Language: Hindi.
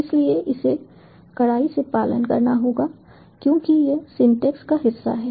इसलिए इसे कड़ाई से पालन करना होगा क्योंकि यह सिंटैक्स का हिस्सा है